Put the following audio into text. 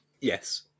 Yes